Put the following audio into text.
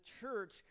church